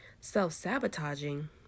self-sabotaging